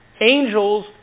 angels